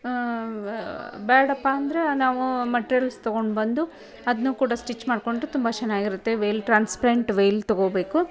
ಬೇಡಪ್ಪ ಅಂದರೆ ನಾವು ಮಟ್ರಿಯಲ್ಸ್ ತಗೊಂಡು ಬಂದು ಅದನ್ನೂ ಕೂಡ ಸ್ಟಿಚ್ ಮಾಡಿಕೊಂಡ್ರೆ ತುಂಬ ಚೆನ್ನಾಗಿರುತ್ತೆ ವೇಲ್ ಟ್ರಾನ್ಸ್ಪ್ರೆಂಟ್ ವೇಲ್ ತಗೋಬೇಕು